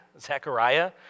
Zechariah